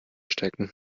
stecken